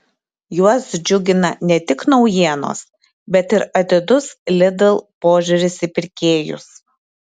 juos džiugina ne tik naujienos bet ir atidus lidl požiūris į pirkėjus